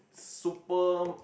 super